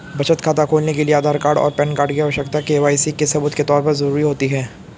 बचत खाता खोलने के लिए आधार कार्ड और पैन कार्ड की आवश्यकता के.वाई.सी के सबूत के तौर पर ज़रूरी होती है